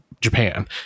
Japan